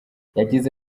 yagize